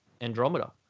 Andromeda